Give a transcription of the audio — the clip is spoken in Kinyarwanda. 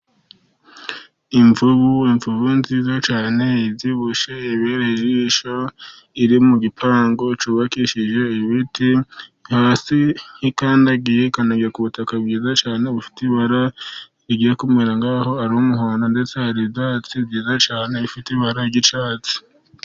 Imvubu imvubu nziza cyane, ibyibushe iberesha ijisho, iri mu gipangu cyubakishije ibiti, hasi nk'indagiye ikandagiye ku butaka bwiza cyane, bufite ibara rigiye kumera ngaho ari umuhondo ndetse hari ibyatsi byiza cyane, bifite ibara ry'icyatsi.